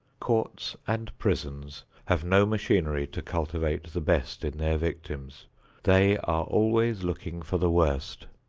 courts and prisons have no machinery to cultivate the best in their victims they are always looking for the worst,